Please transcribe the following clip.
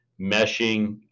meshing